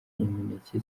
imineke